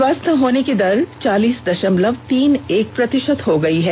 स्वस्थ होने की दर चालीस दशमलव तीन एक प्रतिशत हो गई है